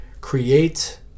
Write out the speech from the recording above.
create